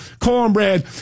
cornbread